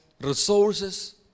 resources